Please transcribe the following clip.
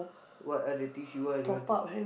what are the things you want you want to